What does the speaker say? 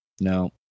No